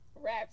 Rap